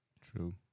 True